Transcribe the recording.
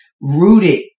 rooted